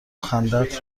خندت